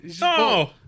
No